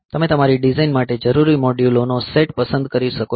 તમે તમારી ડિઝાઇન માટે જરૂરી મોડ્યુલોનો સેટ પસંદ કરી શકો છો